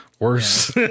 worse